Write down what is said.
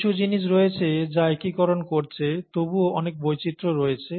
কিছু জিনিস রয়েছে যা একীকরণ করছে তবুও অনেক বৈচিত্র্য রয়েছে